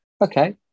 Okay